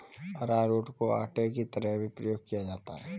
अरारोट को आटा की तरह भी प्रयोग किया जाता है